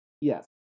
Yes